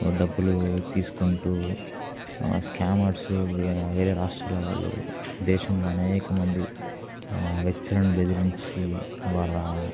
డబ్బులు తీసుకుంటూ స్కామర్స్ వేరే రాష్ట్రాల వాళ్ళు దేశంలో అనేకమంది వ్యక్తులను బెదిరించి వాళ్ళ